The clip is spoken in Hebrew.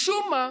משום מה,